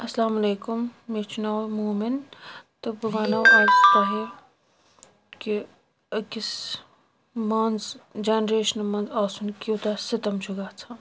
السلامُ عَلیکُم مےٚ چھُ ناو موٗمن تہٕ بہٕ وَنو آز تۄہہِ کہ أکِس مانس جَنریشنہِ منٛز آسُن کوٗتہ سِتم چھُ گژھان